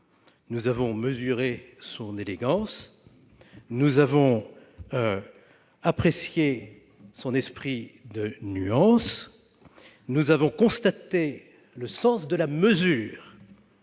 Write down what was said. Nous avons mesuré son élégance, apprécié son esprit de nuance, constaté le sens de la mesure